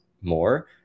more